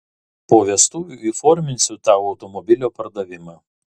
po vestuvių įforminsiu tau automobilio pardavimą